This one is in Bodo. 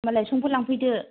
होमबालाय समफोर लांफैदो